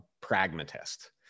pragmatist